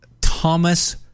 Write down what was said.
Thomas